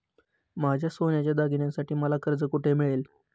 माझ्या सोन्याच्या दागिन्यांसाठी मला कर्ज कुठे मिळेल?